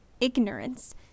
ignorance